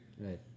Right